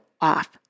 off